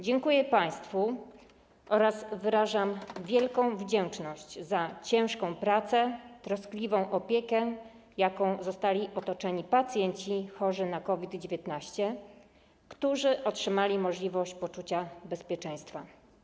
Dziękuję państwu oraz wyrażam wielką wdzięczność za ciężką pracę, troskliwą opiekę, jaką zostali otoczeni pacjenci chorzy na COVID-19, którzy otrzymali możliwość poczucia bezpieczeństwa.